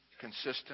consistent